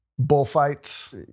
Bullfights